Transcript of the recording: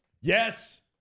Yes